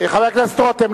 חבר הכנסת רותם,